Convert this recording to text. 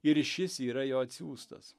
ir šis yra jo atsiųstas